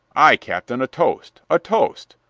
aye, captain, a toast! a toast!